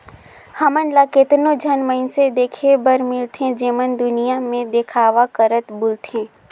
हमन ल केतनो झन मइनसे देखे बर मिलथें जेमन दुनियां में देखावा करत बुलथें